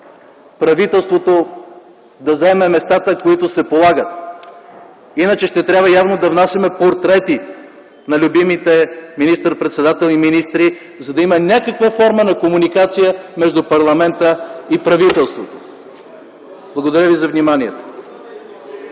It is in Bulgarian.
правителството да заеме местата, които се полагат. Иначе ще трябва явно да внасяме портрети на любимите министър-председател и министри, за да има някаква форма на комуникация между парламента и правителството. Благодаря ви за вниманието.